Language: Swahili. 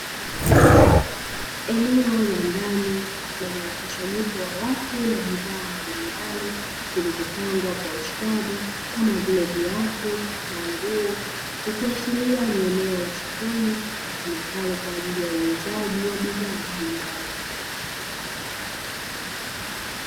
Eneo la ndani lenye mkusanyiko wa watu na bidhaa mbalimbali zilizopangwa kwa ustadi, kama vile viatu na nguo; ikiashiria ni eneo la sokoni litumikalo kwa ajili ya uuzaji wa bidhaa mbalimbali.